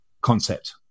concept